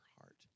heart